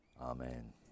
Amen